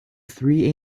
three